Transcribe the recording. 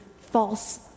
false